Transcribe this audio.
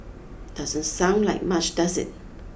doesn't sound like much does it